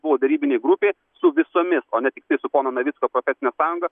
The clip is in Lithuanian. buvo derybinė grupė su visomis o ne tiktai su pono navicko profesine sąjunga